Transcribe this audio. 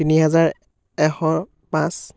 তিনি হেজাৰ এশ পাঁচ